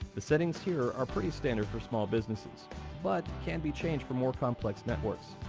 the setting here are pretty standard for small businesses but can be changed for more complex networks.